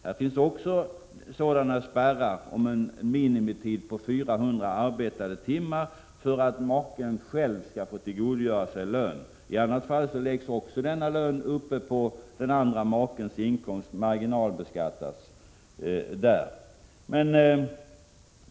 Här finns en spärr, i form av en minimitid på 400 arbetade timmar, för att maken själv skall få tillgodogöra sig lön. I annat fall läggs denna lön ovanpå den andra makens inkomst och marginalbeskattas där.